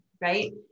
right